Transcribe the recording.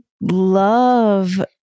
love